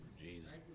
Jesus